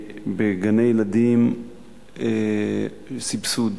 בגני-ילדים בסבסוד